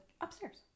upstairs